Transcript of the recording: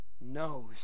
knows